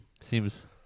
seems